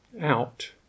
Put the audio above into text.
out